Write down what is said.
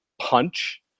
punch